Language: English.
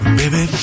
baby